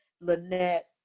Lynette